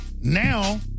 now